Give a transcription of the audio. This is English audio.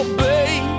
babe